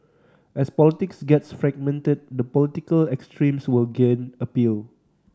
as politics gets fragmented the political extremes will gain appeal